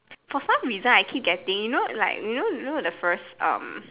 for some reason I keep getting you know like you know you know the first um